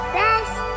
best